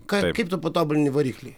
ką kaip tu patobulini variklį